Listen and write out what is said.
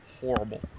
horrible